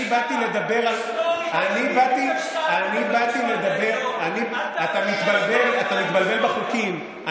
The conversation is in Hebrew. אני באתי לדבר, אני באתי לדבר, אתה מתבלבל בחוקים.